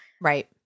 right